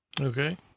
Okay